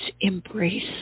embrace